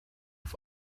auf